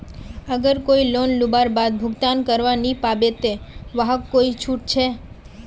अगर कोई लोन लुबार बाद भुगतान करवा नी पाबे ते वहाक कोई छुट छे?